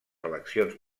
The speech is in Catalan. eleccions